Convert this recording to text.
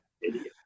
Idiot